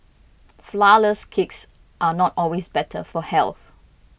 Flourless Cakes are not always better for health